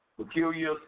Peculiar